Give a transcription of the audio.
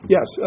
Yes